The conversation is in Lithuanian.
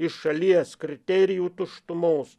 iš šalies kriterijų tuštumos